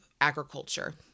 agriculture